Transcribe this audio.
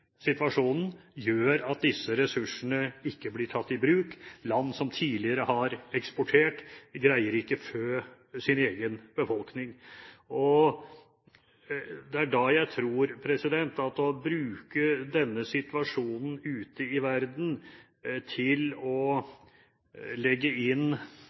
situasjonen gjør at disse ressursene ikke blir tatt i bruk. Land som tidligere har eksportert, greier ikke å fø sin egen befolkning. Det er da jeg tror at hvis man skal bruke situasjonen ute i verden